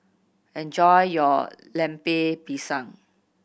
enjoy your Lemper Pisang